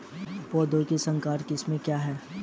पौधों की संकर किस्में क्या हैं?